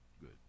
good